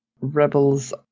rebels